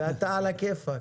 אתה על הכיפאק.